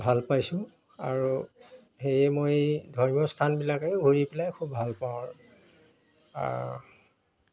ভাল পাইছোঁ আৰু সেয়ে মই ধৰ্মীয় স্থানবিলাকেই ঘূৰি পেলাই খুব ভাল পাওঁ আৰু